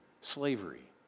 slavery